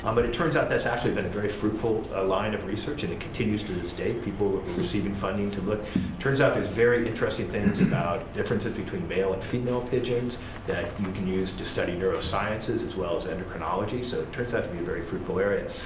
um but it turns out that's actually been a very fruitful ah line of research and it continues to this day. people were receiving funding to look, it turns out there's very interesting things about differences between male and female pigeons that you can use to study neurosciences, as well as endocrinology, so it turns out to be a very fruitful area.